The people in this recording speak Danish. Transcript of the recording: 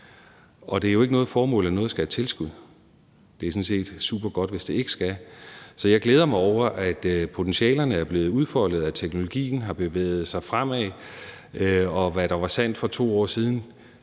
Det er jo ikke noget formål, at noget skal have tilskud – det er sådan set supergodt, hvis det ikke skal. Så jeg glæder mig over, at potentialerne er blevet udfoldet, at teknologien har bevæget sig fremad; og hvad der var sandt for 2 år siden,